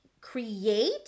create